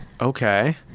Okay